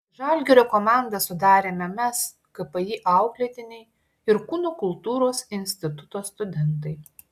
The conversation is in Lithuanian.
žalgirio komandą sudarėme mes kpi auklėtiniai ir kūno kultūros instituto studentai